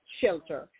shelter